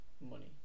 Money